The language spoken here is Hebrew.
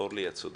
אורלי את צודקת.